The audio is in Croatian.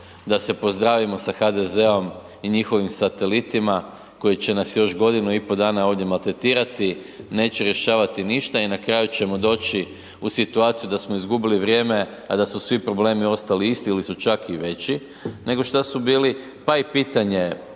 da se pozdravimo sa HDZ-om i njihovim satelitima koji će nas još godinu i pol dana ovdje maltretirati, neće rješavati ništa i na kraju ćemo doći u situaciju da smo izgubili vrijeme, a da su svi problemi ostali isti ili su čak i veći nego što su bili. Pa i pitanje